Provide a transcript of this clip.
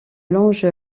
longe